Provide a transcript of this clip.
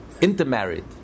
intermarried